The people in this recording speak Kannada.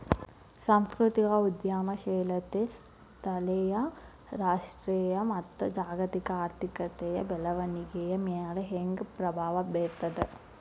ಸಾಂಸ್ಕೃತಿಕ ಉದ್ಯಮಶೇಲತೆ ಸ್ಥಳೇಯ ರಾಷ್ಟ್ರೇಯ ಮತ್ತ ಜಾಗತಿಕ ಆರ್ಥಿಕತೆಯ ಬೆಳವಣಿಗೆಯ ಮ್ಯಾಲೆ ಹೆಂಗ ಪ್ರಭಾವ ಬೇರ್ತದ